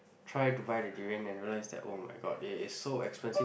try to buy the durian and realise that oh-my-god it is so expensive